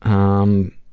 um,